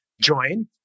Join